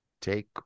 take